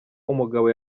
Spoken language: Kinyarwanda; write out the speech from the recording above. umugabo